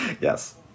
Yes